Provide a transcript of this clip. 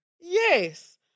Yes